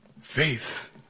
Faith